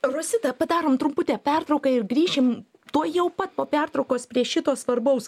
rosita padarom trumputę pertrauką ir grįšim tuojau pat po pertraukos prie šito svarbaus